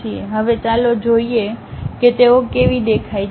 હવે ચાલો જોઈએ કે તેઓ કેવી દેખાય છે